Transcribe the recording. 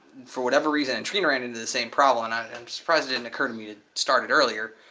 for whatever reason, and trina ran into the same problem and i'm surprised it didn't occur to me to start it earlier,